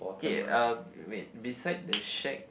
okay uh wait beside the shack